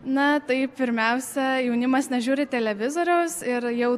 na tai pirmiausia jaunimas nežiūri televizoriaus ir jau